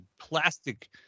plastic